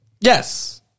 Yes